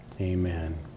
Amen